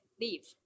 leave